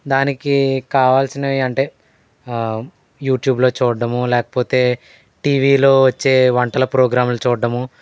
దానికి కావల్సినవి అంటే యూట్యూబ్లో చూడటము లేకపోతే టీవీలో వచ్చే వంటల ప్రోగ్రాములు చూడటము